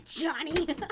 Johnny